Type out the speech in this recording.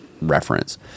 reference